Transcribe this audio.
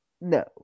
No